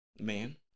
Man